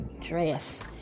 dress